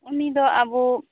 ᱩᱱᱤᱫᱚ ᱚᱵᱚ